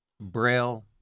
braille